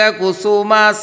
kusuma